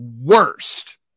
worst